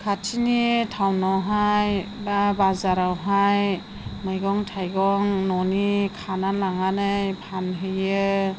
खाथिनि टाउनावहाय एबा बाजारावहाय मैगं थाइगं न'नि खाना लांनानै फानहैयो